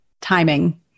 timing